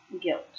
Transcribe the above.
Guilt